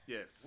Yes